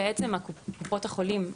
הן בעצם קופות החולים,